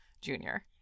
junior